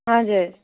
हजुर